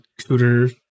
Cooter